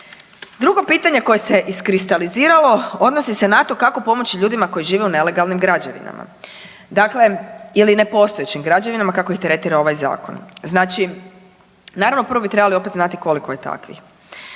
drugo pitanje koje se iskristaliziralo odnosi se na to kako pomoći ljudima koji žive u nelegalnim građevinama, dakle, ili nepostojećim građevinama kako ih tretira ovaj zakon. Znači, naravno prvo bi trebali opet znati koliko je takvih.